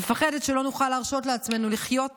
מפחדת שלא נוכל להרשות לעצמנו לחיות